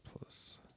plus